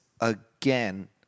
again